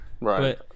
Right